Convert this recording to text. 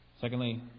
Secondly